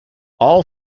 all